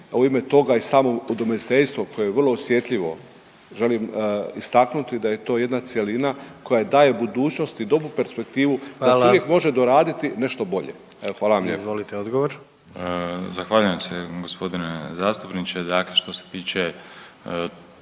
u ime toga i samo udomiteljstvo koje je vrlo osjetljivo želim istaknuti da je to jedna cjelina koja daje budućnosti i dobru perspektivu da se .../Upadica: Hvala./... uvijek može doraditi nešto bolje. Evo, hvala vam lijepo. **Aladrović, Josip (HDZ)** Zahvaljujem se gospodine zastupniče, dakle što se tiče